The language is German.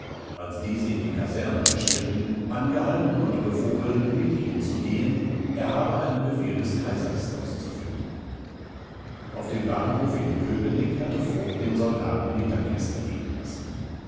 als diese in die kaserne marschierten angehalten und befohlen mit ihm zu gehen er habe einen befehl des kaisers auszuführen auf dem bahnhof in köpenick hatte voigt den soldaten mittagessen geben lassen